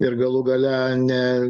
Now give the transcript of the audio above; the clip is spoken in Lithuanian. ir galų gale ne